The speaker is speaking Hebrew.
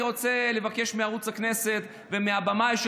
אני רוצה לבקש מערוץ הכנסת ומהבמאי של